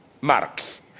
Marx